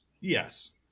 yes